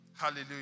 Hallelujah